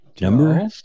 Number